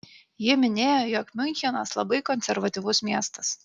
ji minėjo jog miunchenas labai konservatyvus miestas